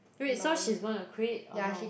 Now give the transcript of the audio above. wait so she's gonna quit or no